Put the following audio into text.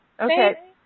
Okay